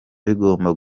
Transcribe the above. bigomba